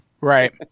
right